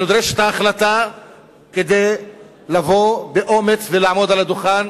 ונדרשת ההחלטה לבוא באומץ ולעמוד על הדוכן,